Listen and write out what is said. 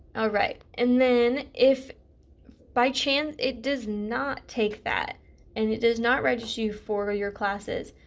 alright and then if by chance it does not take that and it does not register you for your classes,